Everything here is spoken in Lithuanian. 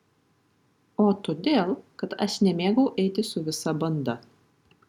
o todėl kad aš nemėgau eiti su visa banda